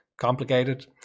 Complicated